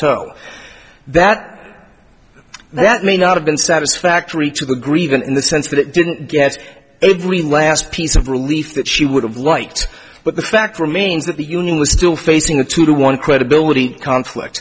toe that that may not have been satisfactory to the grieving in the sense that it didn't get every last piece of relief that she would have liked but the fact remains that the union was still facing a two to one credibility conflict